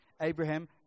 Abraham